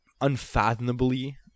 unfathomably